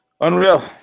unreal